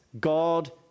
God